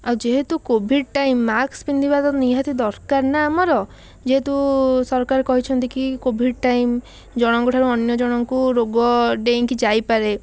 ଆଉ ଯେହେତୁ covid time mask ପିନ୍ଧିବା ତ ନିହାତି ଦରକାର ନା ଆମର ଯେହେତୁ ସରକାର କହିଛନ୍ତି କି କୋଭିଡ୍ ଟାଇମ୍ ଜଣଙ୍କ ଠାରୁ ଅନ୍ୟ ଜଣଙ୍କୁ ରୋଗ ଡେଇଁକି ଯାଇପାରେ